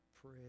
pray